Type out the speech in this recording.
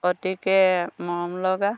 অতিকে মৰম লগা